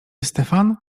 stefan